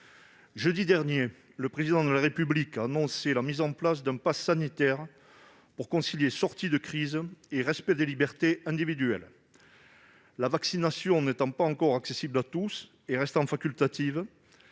jeudi dernier, le Président de la République a annoncé la mise en place d'un pass sanitaire pour concilier sortie de crise et respect des libertés individuelles. La vaccination n'étant pas encore accessible à tous et restant facultative,